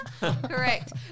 Correct